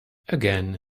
again